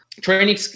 training